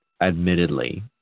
admittedly